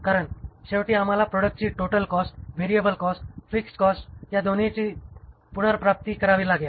कारण शेवटी आम्हाला प्रोडक्शनची total cost variable cost fixed cost या दोन्हींची पुनर्प्राप्ती करावी लागेल